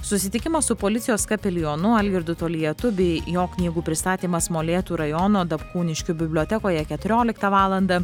susitikimo su policijos kapelionu algirdu toliatu bei jo knygų pristatymas molėtų rajono dapkūniškių bibliotekoje keturioliktą valandą